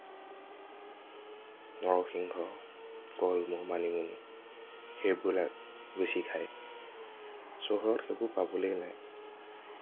নৰসিংহ কলমৌ মানিমুনি সেইবিলাক বেছি খায় চহৰত সেইবোৰ পাবলৈয়ে নাই